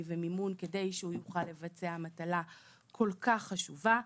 ומימון כדי שהוא יוכל לבצע מטלה כל כך חשובה,